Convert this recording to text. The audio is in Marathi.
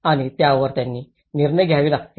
आणि त्यावर त्यांनी निर्णय घ्यावे लागतील